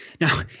Now